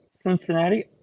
Cincinnati